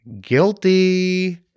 Guilty